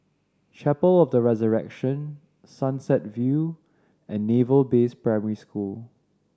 Chapel of the Resurrection Sunset View and Naval Base Primary School